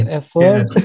effort